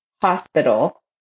hospital